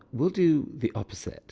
we'll do the opposite